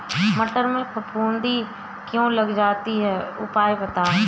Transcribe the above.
मटर में फफूंदी क्यो लग जाती है उपाय बताएं?